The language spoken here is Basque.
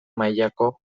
mailako